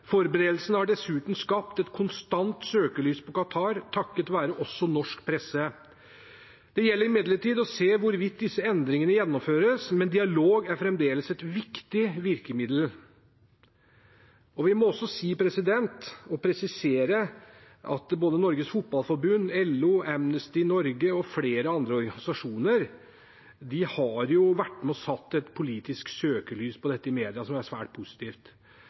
Forberedelsene har dessuten skapt et konstant søkelys på Qatar, også takket være norsk presse. Det gjenstår imidlertid å se hvorvidt disse endringene gjennomføres, men dialog er fremdeles et viktig virkemiddel. Vi må også si, og presisere, at både Norges Fotballforbund, LO, Amnesty Norge og flere andre organisasjoner har vært med på å sette et politisk søkelys på dette i media, og det er svært positivt.